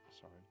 sorry